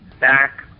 back